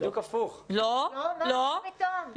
השר אלקין,